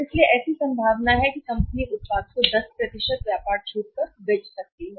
इसलिए ऐसी संभावना है कि कंपनी उत्पाद को 10 व्यापार छूट पर बेच सकती है